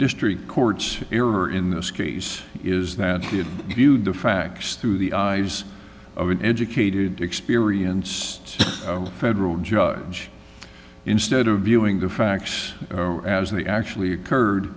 district court's error in this case is that it viewed the facts through the eyes of an educated experienced federal judge instead of viewing the facts as they actually occurred